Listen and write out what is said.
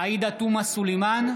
עאידה תומא סלימאן,